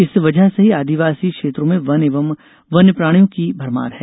इस वजह से ही आदिवासी क्षेत्रों में वन एवं वन्य प्राणियों की भरमार है